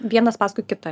vienas paskui kitą